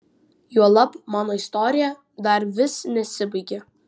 juolab mano istorija dar vis nesibaigė